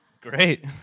Great